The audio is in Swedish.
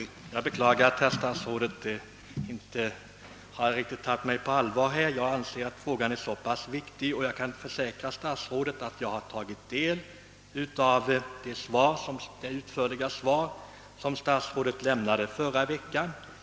Herr talman! Jag beklagar att statsrådet inte tycks ta mig riktigt på allvar. Jag anser denna fråga vara mycket viktig och kan försäkra statsrådet att jag tagit del av det utförliga svar som lämnades förra veckan.